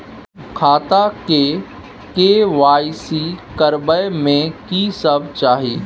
खाता के के.वाई.सी करबै में की सब चाही?